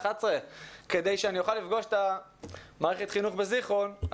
כדי שאוכל לפגוש את מערכת החינוך בזיכרון,